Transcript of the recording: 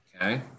Okay